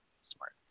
Smart